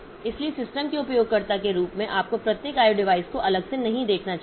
इसलिए सिस्टम के उपयोगकर्ता के रूप में आपको प्रत्येक IO डिवाइस को अलग से नहीं देखना चाहिए